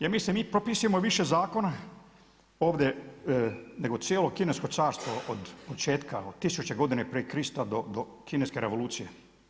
Ja mislim da mi propisujemo više zakona ovdje nego cijelo Kinesko carstvo od početka, od 1000. godine prije Krista do Kineske revolucije.